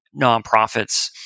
nonprofits